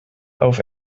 auf